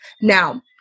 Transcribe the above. Now